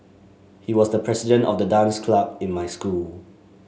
he was the president of the dance club in my school